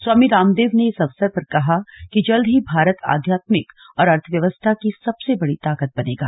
स्वामी रामदेव ने इस अवसर कहा कि जल्द ही भारत आध्यात्मिक और अर्थव्यवस्था की सबसे बड़ी ताकत बनेगा